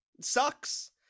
sucks